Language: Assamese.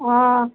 অ